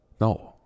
No